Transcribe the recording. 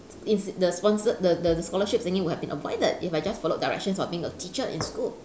is the sponsored the the scholarship thingy would have been avoided if I just follow directions of being a teacher in school